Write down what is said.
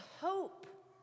hope